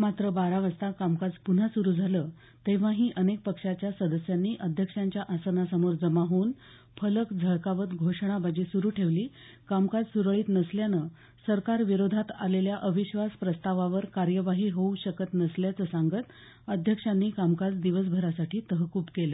मात्र बारा वाजता कामकाज पुन्हा सुरू झालं तेव्हाही अनेक पक्षांच्या सदस्यांनी अध्यक्षांच्या आसनासमोर जमा होऊन फलक झळकावत घोषणाबाजी सुरु ठेवली कामकाज सुरळीत नसल्यानं सरकारविरोधात आलेल्या अविश्वास प्रस्तावावर कार्यवाही होऊ शकत नसल्याचं सांगत अध्यक्षांनी कामकाज दिवसभरासाठी तहकूब केलं